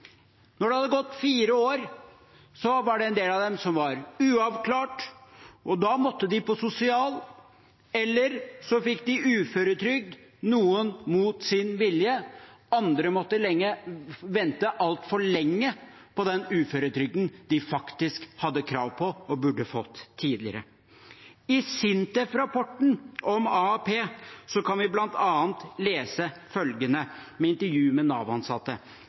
det hadde gått fire år, var det en del av dem som var uavklart. Da måtte de på sosialhjelp, eller de fikk uføretrygd, noen mot sin vilje. Andre måtte vente altfor lenge på den uføretrygden de faktisk hadde krav på og burde fått tidligere. I SINTEF-rapporten om AAP kan vi bl.a. lese følgende fra intervjuer med Nav-ansatte: «Mange svarer at unge som ikke har alvorlige helseproblem ville fått tettere oppfølging med